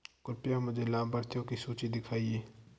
कृपया मुझे लाभार्थियों की सूची दिखाइए